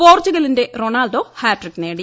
പോർച്ചുഗലിന്റെ Ronaldo hat trick നേടി